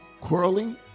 quarreling